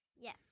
Yes